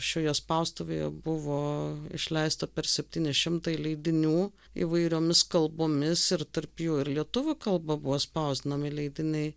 šioje spaustuvėje buvo išleista per septyni šimtai leidinių įvairiomis kalbomis ir tarp jų ir lietuvių kalba buvo spausdinami leidiniai